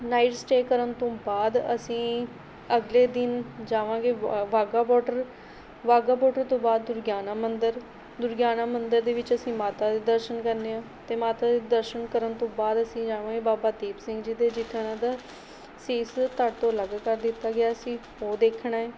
night stay ਕਰਨ ਤੋਂ ਬਾਅਦ ਅਸੀਂ ਅਗਲੇ ਦਿਨ ਜਾਵਾਂਗੇ ਬ ਬਾਘਾ ਬੋਡਰ ਬਾਘਾ ਬੋਡਰ ਤੋਂ ਬਾਅਦ ਦੁਰਗਿਆਨਾ ਮੰਦਰ ਦੁਰਗਿਆਨਾ ਮੰਦਰ ਦੇ ਵਿੱਚ ਅਸੀਂ ਮਾਤਾ ਦੇ ਦਰਸ਼ਨ ਕਰਨੇ ਆ ਅਤੇ ਮਾਤਾ ਦੇ ਦਰਸ਼ਨ ਕਰਨ ਤੋਂ ਬਾਅਦ ਅਸੀਂ ਜਾਵਾਂਗੇ ਬਾਬਾ ਦੀਪ ਸਿੰਘ ਜੀ ਦੇ ਜਿੱਥੇ ਉਹਨਾਂ ਦਾ ਸੀਸ ਧੜ ਤੋਂ ਅਲੱਗ ਕਰ ਦਿੱਤਾ ਗਿਆ ਸੀ ਉਹ ਦੇਖਣਾ ਹੈ